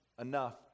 enough